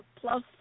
plus